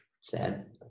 sad